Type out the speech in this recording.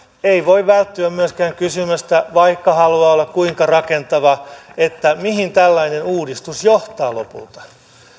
ei voi välttyä myöskään kysymästä vaikka haluaa olla kuinka rakentava mihin tällainen uudistus johtaa lopulta